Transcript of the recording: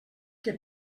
que